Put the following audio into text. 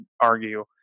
argue